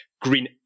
green